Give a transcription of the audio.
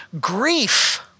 grief